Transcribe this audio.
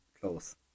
Close